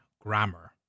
grammar